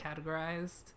categorized